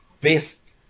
best